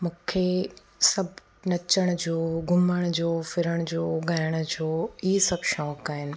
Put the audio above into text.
मूंखे सभु नचण जो घुमण जो फिरण जो गाइण जो ई सभु शौक़ु आहिनि